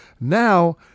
Now